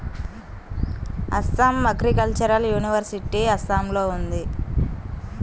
Assam agricultural university అస్సాంలో ఉంది